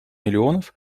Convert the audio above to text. миллионов